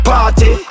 Party